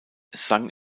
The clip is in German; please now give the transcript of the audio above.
sang